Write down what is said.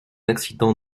accident